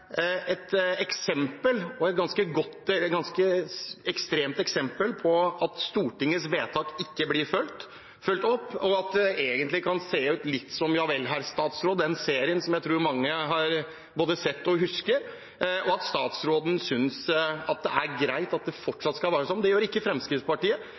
et eksempel, og et ganske ekstremt eksempel, på at Stortingets vedtak ikke blir fulgt opp. Det kan egentlig se litt ut som «Javel, herr statsråd», den serien som jeg tror mange har både sett og husker – og at statsråden synes at det er greit at det fortsatt skal være sånn, mendet gjør ikke Fremskrittspartiet.